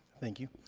thank you.